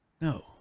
No